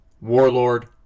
warlord